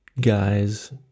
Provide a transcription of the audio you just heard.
guys